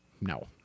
No